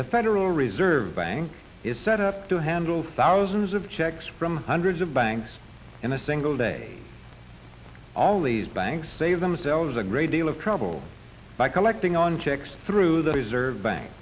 the federal reserve bank is set up to handle thousands of checks from hundreds of banks in a single day all these banks save themselves a great deal of trouble by collecting on checks through the reserve bank